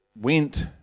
went